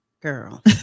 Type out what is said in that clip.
Girl